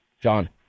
John